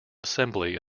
assembly